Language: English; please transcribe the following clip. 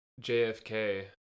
JFK